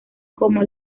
como